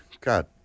God